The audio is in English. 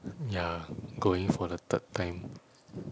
ya going for the third time